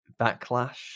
backlash